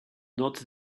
not